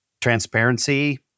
transparency